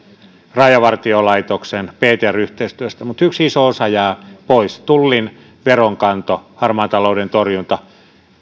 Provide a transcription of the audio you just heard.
rajavartiolaitoksen ptr yhteistyöstä mutta yksi iso osa jää pois tullin veronkanto harmaan talouden torjunta